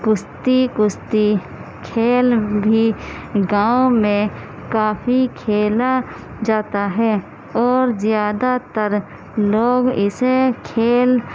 کُشتی کُشتی کھیل بھی گاؤں میں کافی کھیلا جاتا ہے اور زیادہ تر لوگ اسے کھیل